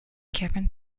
kevin